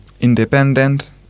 independent